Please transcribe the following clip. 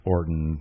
Orton